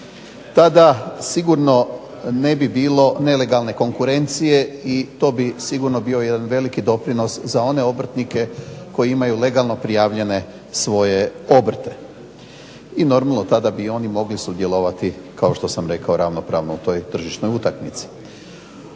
Tada sigurno ne bi bilo nelegalne konkurencije i to bi sigurno bio jedan veliki doprinos za one obrtnike koji imaju legalno prijavljene svoje obrte i normalno, tada bi i oni mogli sudjelovati kao što sam rekao ravnopravno u toj tržišnoj utakmici.